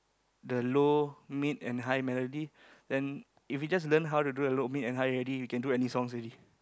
the low mid and high melody then if you just learn how to do the low mid and high already you can do any songs already